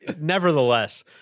Nevertheless